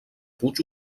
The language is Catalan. puig